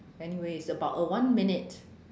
anyway it's about uh one minute